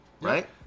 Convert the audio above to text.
right